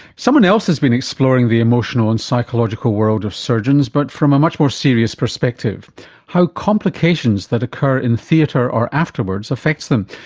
someone else has been exploring the emotional and psychological world of surgeons, but from a much more serious perspective how complications that occur in theatre or afterwards affects them.